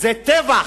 זה טבח,